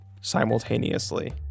simultaneously